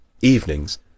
evenings